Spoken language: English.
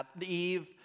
Eve